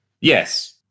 Yes